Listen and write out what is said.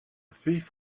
thief